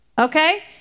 Okay